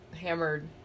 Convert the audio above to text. hammered